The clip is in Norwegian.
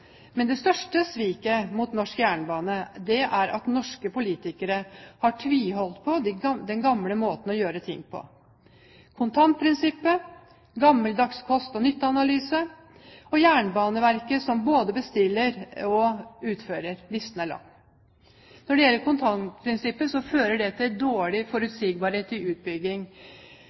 Men det største sviket mot norsk jernbane er at norske politikere har tviholdt på den gamle måten å gjøre ting på: kontantprinsippet, gammeldags kost–nytte-analyse og Jernbaneverket som både bestiller og utfører – listen er lang. Når det gjelder kontantprinsippet, fører det til dårligere forutsigbarhet i utbygging.